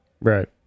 Right